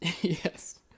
yes